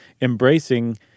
embracing